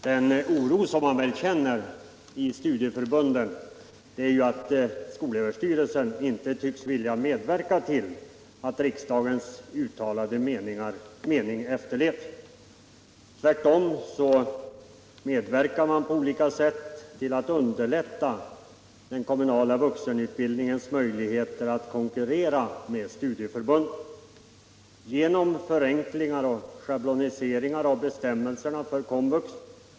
Herr talman! Den oro som man känner inom studieförbunden gäller till stor del att skolöverstyrelsen inte tycks vilja medverka till att riksdagens uttalade mening efterlevs. Tvärtom tycks man på olika sätt arbeta för att underlätta den kommunala vuxenutbildningens möjligheter att konkurrera med studieförbunden genom förenklingar och schabloniseringar av bestämmelser för komvux.